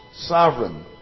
sovereign